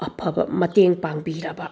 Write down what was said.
ꯑꯐꯕ ꯃꯇꯦꯡ ꯄꯥꯡꯕꯤꯔꯕ